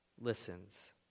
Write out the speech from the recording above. Listens